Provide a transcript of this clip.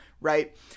right